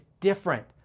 different